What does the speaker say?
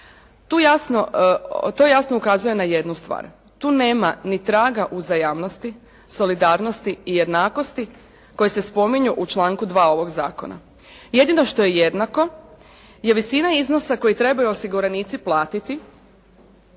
To jasno ukazuje na jednu stvar, tu nema ni traga uzajamnosti, solidarnosti i jednakosti koje se spominju u članku 2. ovog zakona. Jedino što je jednako je visina iznosa koje trebaju osiguranici platiti